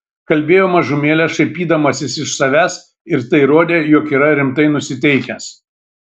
kalbėjo mažumėlę šaipydamasis iš savęs ir tai rodė jog yra rimtai nusiteikęs